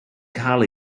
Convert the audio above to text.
cael